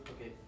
Okay